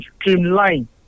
streamline